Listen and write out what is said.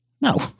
No